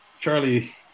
Charlie